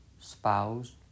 spouse